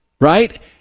right